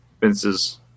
Vince's